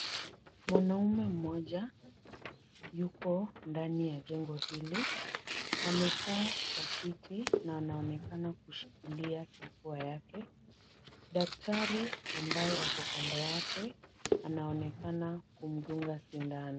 Mwanaume mmoja yuko ndani ya jengo hili. Amekaa kwa kiti na anaonekana kushikilia kifua yake. Daktari ambaye ako kando yake anaonekana kumdunga sindano.